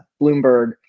Bloomberg